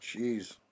Jeez